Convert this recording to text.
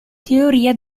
teoria